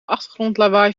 achtergrondlawaai